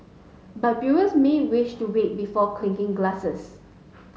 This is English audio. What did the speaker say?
but brewers may wish to wait before clinking glasses